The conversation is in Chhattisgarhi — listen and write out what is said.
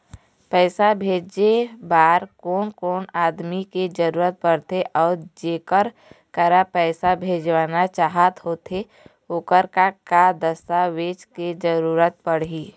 पैसा भेजे बार कोन कोन आदमी के जरूरत पड़ते अऊ जेकर करा पैसा भेजवाना चाहत होथे ओकर का का दस्तावेज के जरूरत पड़ही?